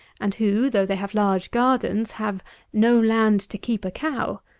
and who, though they have large gardens, have no land to keep a cow,